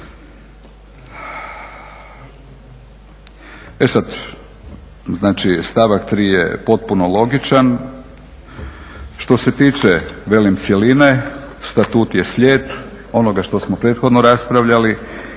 znači stavak 3. je potpuno logičan. Što se tiče, velim cjeline, statut je slijed onoga što smo prethodno raspravljali